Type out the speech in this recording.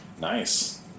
Nice